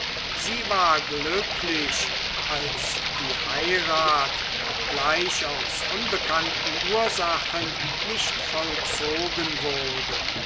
sie war glücklich als die heirat obgleich aus unbekannten ursachen nicht vollzogen wurde